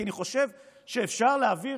כי אני חושב שאפשר להעביר,